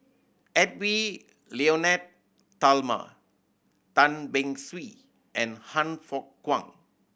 Edwy Lyonet Talma Tan Beng Swee and Han Fook Kwang